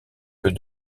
que